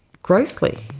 grossly.